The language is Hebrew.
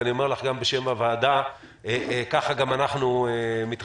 ואני אומר לך גם בשם הוועדה: ככה גם אנחנו מתרשמים.